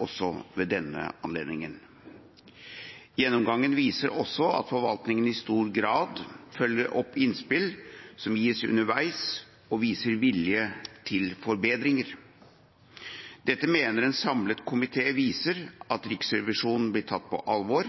også ved denne anledningen. Gjennomgangen viser også at forvaltningen i stor grad følger opp innspill som gis underveis, og viser vilje til forbedringer. Dette mener en samlet komité viser at Riksrevisjonen blir tatt på alvor,